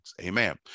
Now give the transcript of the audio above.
Amen